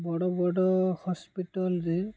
ବଡ଼ ବଡ଼ ହସ୍ପିଟାଲ୍ରେ